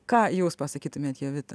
ką jūs pasakytumėt jovita